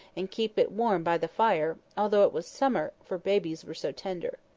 and keep it warm by the fire, although it was summer, for babies were so tender.